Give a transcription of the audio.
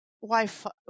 Wi-Fi